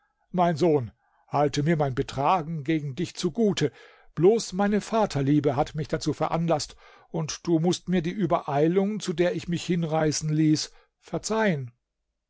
mein sohn halte mir mein betragen gegen dich zugute bloß meine vaterliebe hat mich dazu veranlaßt und du mußt mir die übereilung zu der ich mich hinreißen ließ verzeihen